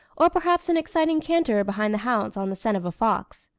or perhaps an exciting canter behind the hounds on the scent of a fox.